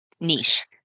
niche